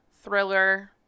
thriller